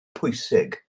pwysig